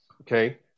Okay